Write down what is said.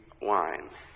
wine